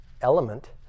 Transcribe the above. element